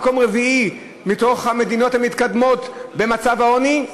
מקום רביעי מתוך המדינות המתקדמות במצב העוני,